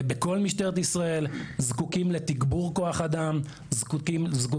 בכל משטרת ישראל זקוקים לתגבור כוח אדם ולתקנים.